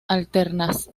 alternas